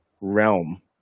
realm